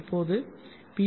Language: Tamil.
இப்போது பி